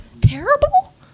Terrible